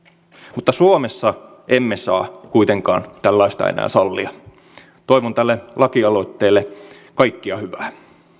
mutta suomessa emme saa kuitenkaan tällaista enää sallia toivon tälle lakialoitteelle kaikkea hyvää